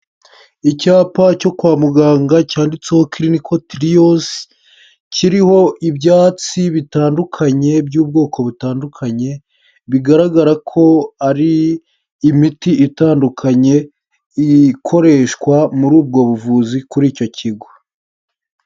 Icyapa cyo kwa muganga cyanditseho clinical triols, kiriho ibyatsi bitandukanye by'ubwoko butandukanye, bigaragara ko ari imiti itandukanye, ikoreshwa muri ubwo buvuzi kuri icyo kigo.